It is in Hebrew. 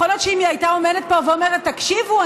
יכול להיות שאם היא הייתה עומדת פה ואומרת: תקשיבו,